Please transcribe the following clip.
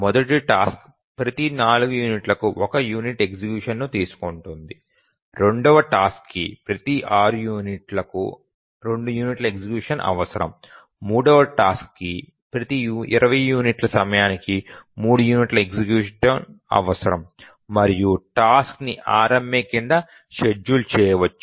మొదటి టాస్క్ ప్రతి 4 యూనిట్లకు 1 యూనిట్ ఎగ్జిక్యూషన్ ను తీసుకుంటుంది రెండవ టాస్క్ కి ప్రతి 6 యూనిట్లకు 2 యూనిట్ల ఎగ్జిక్యూషన్ అవసరం మూడవ టాస్క్ కి ప్రతి 20 యూనిట్ల సమయానికి 3 యూనిట్ల ఎగ్జిక్యూషన్ అవసరం మరియు టాస్క్ ని RMA కింద షెడ్యూల్ చేయవచ్చు